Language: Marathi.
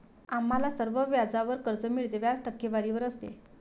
आम्हाला सर्वत्र व्याजावर कर्ज मिळते, व्याज टक्केवारीवर असते